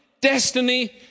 destiny